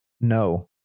no